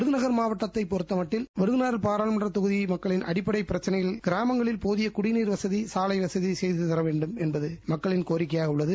விருநகர் மாவட்டத்தைப் பொறுத்தமட்டில் விருதுநகர் பாராளுமன்ற தொகுதியில் மக்களின் அடிப்படை பிரச்னைகள் கிராமங்களில் போதிய குடிநீர் வசதி சாலை வசதி செய்து தர வேண்டும்என்பது மக்களின் கோரிக்கையாக உள்ளது